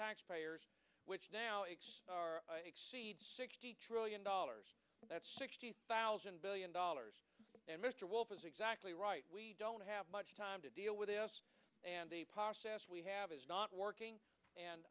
taxpayers which now is sixty trillion dollars that's sixty thousand billion dollars and mr wolf is exactly right we don't have much time to deal with this and the process we have is not working and